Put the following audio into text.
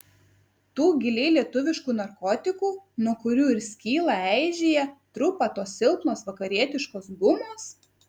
tų giliai lietuviškų narkotikų nuo kurių ir skyla eižėja trupa tos silpnos vakarietiškos gumos